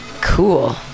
cool